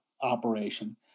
operation